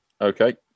Okay